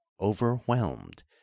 overwhelmed